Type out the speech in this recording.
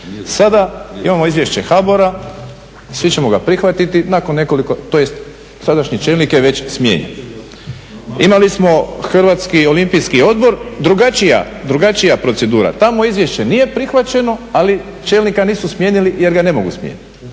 Sada imamo izvješće HBOR-a, svi ćemo ga prihvatiti, nakon nekoliko, tj. sadašnji čelnik je već smijenjen. Imali smo Hrvatski olimpijski odbor, drugačija, drugačija procedura, tamo izvješće nije prihvaćeno ali čelnika nisu smijenili jer ga ne mogu smijeniti.